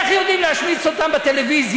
איך יודעים להשמיץ אותם בטלוויזיה,